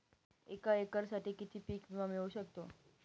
एका एकरसाठी किती पीक विमा मिळू शकतो?